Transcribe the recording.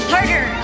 Harder